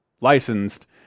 licensed